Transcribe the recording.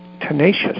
tenacious